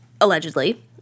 allegedly